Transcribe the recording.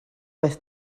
beth